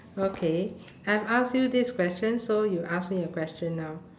okay I have asked you this question so you ask me a question now